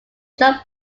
drop